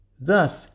Thus